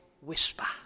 whisper